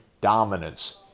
dominance